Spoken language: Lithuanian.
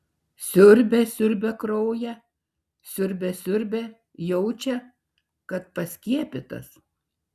siurbia siurbia kraują siurbia siurbia jaučia kad paskiepytas